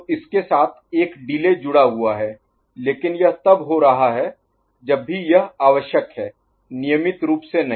तो इसके साथ एक डिले Delay विलंब जुड़ा हुआ है लेकिन यह तब हो रहा है जब भी यह आवश्यक है नियमित रूप से नहीं